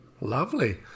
Lovely